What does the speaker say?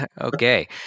Okay